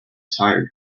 tired